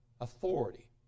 authority